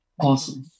Awesome